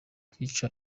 twica